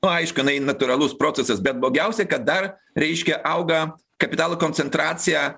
nu aišku jinai natūralus procesas bet blogiausia kad dar reiškia auga kapitalo koncentracija